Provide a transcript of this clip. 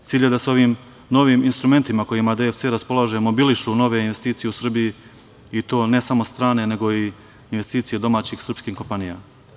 Cilj je da se ovim novim instrumentima, kojima DFC, raspolaže mobilišu nove investicije u Srbiji, i to ne samo strane, nego i investicije domaćih srpskih kompanija.